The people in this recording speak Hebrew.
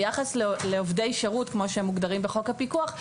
ביחס לעובדי שירות, כמוש הם מוגדרים בחוק הפיקוח,